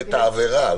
בעת העבירה.